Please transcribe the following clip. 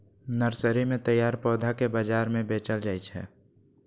nursery मे तैयार पौधा कें बाजार मे बेचल जाइ छै